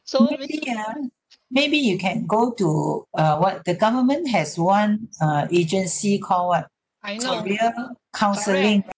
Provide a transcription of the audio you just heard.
maybe ah maybe you can go to uh [what] the government has one uh agency call [what] career counselling